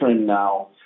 now